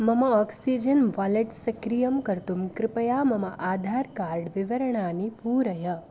मम oxygen wallet सक्रियं कर्तुं कृपया मम आधार् कार्ड् विवरणानि पूरय